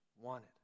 wanted